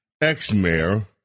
ex-mayor